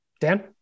Dan